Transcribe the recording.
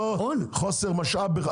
לא חוסר משאב.